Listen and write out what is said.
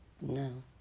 no